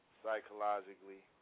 psychologically